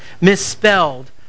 misspelled